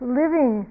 living